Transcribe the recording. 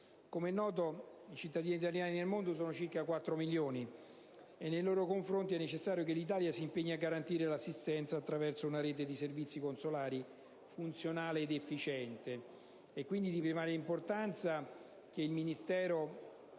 Come noto, i cittadini italiani nel mondo sono circa 4 milioni, ed è necessario che l'Italia si impegni nei loro confronti garantendo l'assistenza attraverso una rete di servizi consolari funzionale ed efficiente. È quindi di primaria importanza che il Ministero